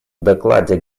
докладе